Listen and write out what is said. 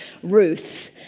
Ruth